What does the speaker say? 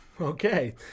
Okay